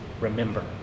remember